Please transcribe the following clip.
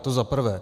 To zaprvé.